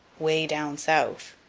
way down south.